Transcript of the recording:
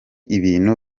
ibintu